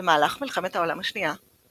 במהלך מלחמת העולם השנייה,